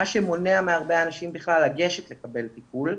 מה שמונע מהרבה אנשים בכלל לגשת לקבל טיפול.